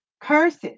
curses